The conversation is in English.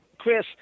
Chris